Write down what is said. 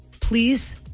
please